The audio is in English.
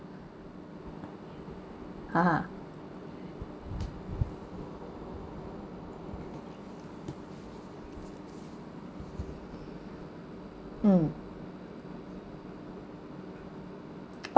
(uh huh) hmm